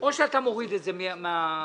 או שאתה מוריד את זה מהפנייה,